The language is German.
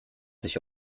sich